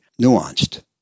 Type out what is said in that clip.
nuanced